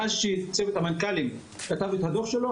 מאז שצוות המנכ"לים כתב את הדוח שלו,